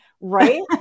right